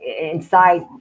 inside